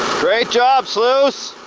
great job, sluice!